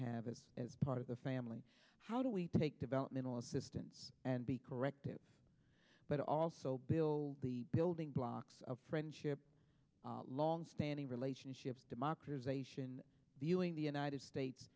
have it as part of the family how do we take developmental assistance and be corrected but also bill the building blocks of friendship longstanding relationships democratization viewing the united states